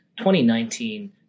2019